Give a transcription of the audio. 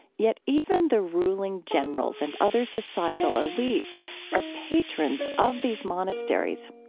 yet even the ruling generals and other societal elites are patrons of these monasteries.